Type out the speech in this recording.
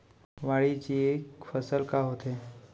वाणिज्यिक फसल का होथे?